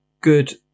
good